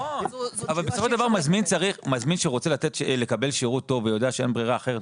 אבל בסופו של דבר מזמין שרוצה לקבל שירות טוב ויודע שאין ברירה אחרת,